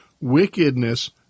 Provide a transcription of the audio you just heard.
wickedness